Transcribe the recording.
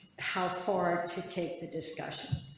how far to take the discussion?